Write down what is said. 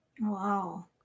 Wow